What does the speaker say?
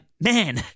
man